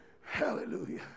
Hallelujah